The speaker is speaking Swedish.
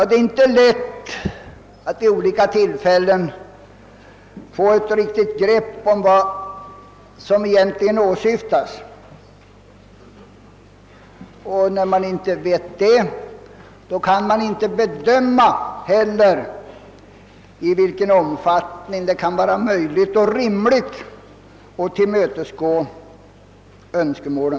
Det är inte lätt att få ett riktigt begrepp om vad ungdomarna egentligen åsyftar, och när man inte vet det kan man inte heller bedöma i vilken omfattning det kan vara möjligt och rimligt att tillmötesgå deras önskemål.